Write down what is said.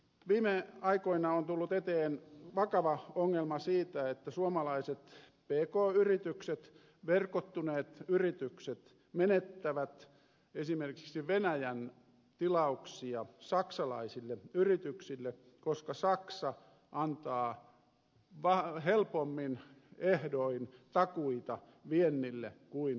viime aikoina on tullut eteen se vakava ongelma että suomalaiset pk yritykset verkottuneet yritykset menettävät esimerkiksi venäjän tilauksia saksalaisille yrityksille koska saksa antaa helpommin ehdoin takuita viennille kuin suomi